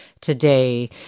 today